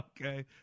Okay